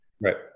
Right